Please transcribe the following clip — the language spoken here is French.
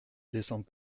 laissant